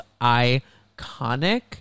iconic